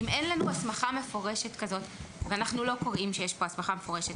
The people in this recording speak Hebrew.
אם אין לנו הסמכה מפורשת כזאת ואנחנו לא קובעים שיש פה הסמכה מפורשת